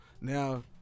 Now